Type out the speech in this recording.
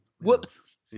Whoops